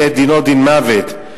יהיה דינו דין מוות.